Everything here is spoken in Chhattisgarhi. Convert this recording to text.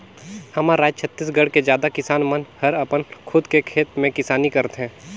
हमर राज छत्तीसगढ़ के जादा किसान मन हर अपन खुद के खेत में किसानी करथे